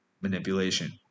manipulation